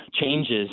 changes